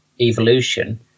evolution